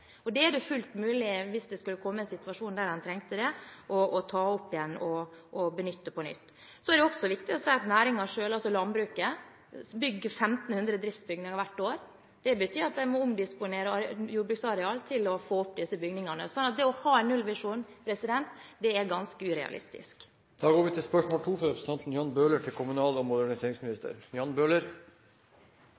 Det er fullt mulig – hvis det skulle komme en situasjon der en trengte det – å ta det opp igjen, benytte det på nytt. Så er det også viktig å si at næringen selv, landbruket, bygger 1 500 driftsbygninger hvert år. Det betyr at de må omdisponere jordbruksareal til å få opp disse bygningene, så det å ha en nullvisjon er ganske urealistisk. Jeg vil gjerne stille følgende spørsmål